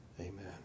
Amen